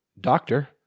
doctor